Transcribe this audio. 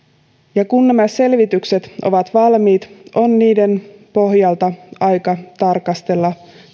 kun nämä selvitykset ovat valmiit on niiden pohjalta aika tarkastella